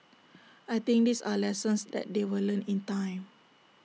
I think these are lessons that they will learn in time